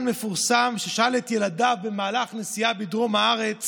מפורסם ששאל את ילדיו במהלך נסיעה בדרום הארץ